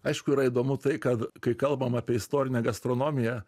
aišku yra įdomu tai kad kai kalbam apie istorinę gastronomiją